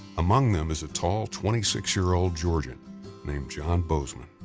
among them is a tall, twenty six year-old georgian named john bozeman.